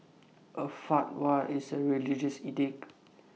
A fatwa is A religious edict